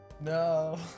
No